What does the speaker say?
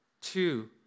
two